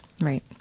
Right